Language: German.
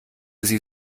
sie